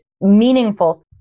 meaningful